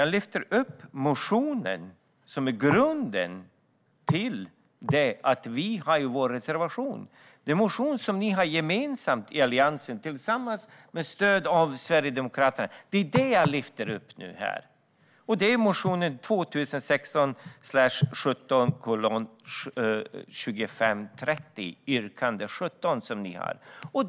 Jag lyfter upp motionen som är grunden till att vi har vår reservation, den motion som ni har gemensamt i Alliansen med stöd av Sverigedemokraterna. Det är den jag lyfter upp här. Det är motion 2016/17:2530, yrkande 17.